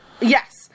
Yes